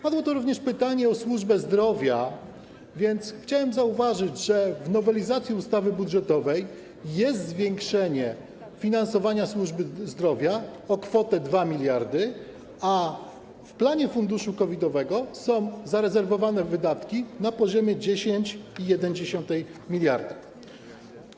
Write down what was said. Padło tu również pytanie o służbę zdrowia, więc chciałbym zauważyć, że w nowelizacji ustawy budżetowej jest zwiększenie finansowania służby zdrowia o kwotę 2 mld, a w planie funduszu COVID-owego są zarezerwowane wydatki na poziomie 10,1 mld.